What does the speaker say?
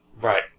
Right